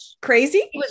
crazy